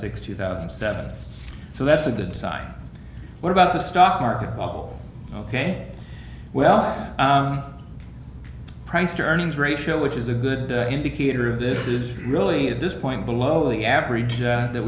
sixty thousand staff so that's a good sign what about the stock market bubble ok well price to earnings ratio which is a good indicator of this is really at this point below the average that